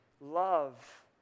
love